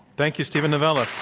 thank you, steven novella.